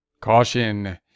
caution